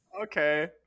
Okay